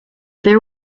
there